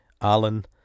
Alan